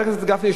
חבר הכנסת גפני,